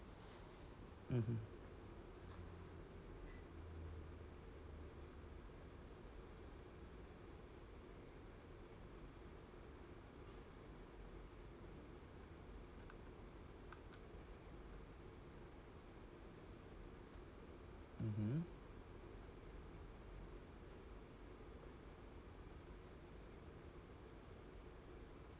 mmhmm mmhmm